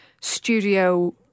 studio